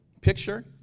picture